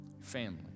family